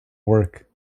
work